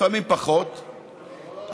לפעמים פחות,